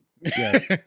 yes